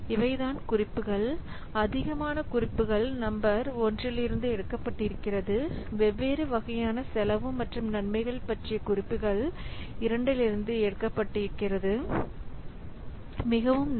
இவைதான் குறிப்புகள் அதிகமான குறிப்புகள் நம்பர் ஒன்றிலிருந்து எடுக்கப்பட்டிருக்கிறது வெவ்வேறு வகையான செலவு மற்றும் நன்மைகள் பற்றிய குறிப்புகள் இரண்டிலிருந்து எடுக்கப்பட்டிருக்கிறது மிகவும் நன்றி